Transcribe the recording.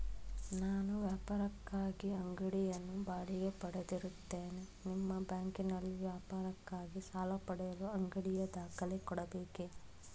ನಾನು ವ್ಯಾಪಾರಕ್ಕಾಗಿ ಅಂಗಡಿಯನ್ನು ಬಾಡಿಗೆ ಪಡೆದಿರುತ್ತೇನೆ ನಿಮ್ಮ ಬ್ಯಾಂಕಿನಲ್ಲಿ ವ್ಯಾಪಾರಕ್ಕಾಗಿ ಸಾಲ ಪಡೆಯಲು ಅಂಗಡಿಯ ದಾಖಲೆ ಕೊಡಬೇಕೇ?